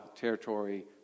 territory